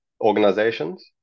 organizations